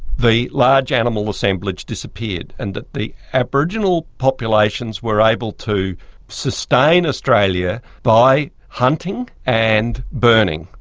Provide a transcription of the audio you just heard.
the large animal assemblage disappeared. and the the aboriginal populations were able to sustain australia by hunting and burning.